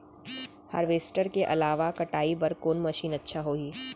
Harvester के अलावा कटाई बर कोन मशीन अच्छा होही?